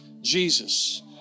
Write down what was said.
Jesus